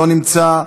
לא נמצא,